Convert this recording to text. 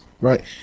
Right